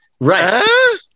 Right